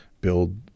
build